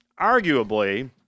arguably